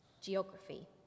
Geography